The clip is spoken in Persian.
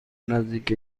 نزدیک